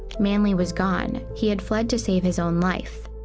manly was gone he had fled to save his own life.